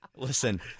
Listen